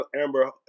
Amber